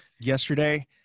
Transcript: yesterday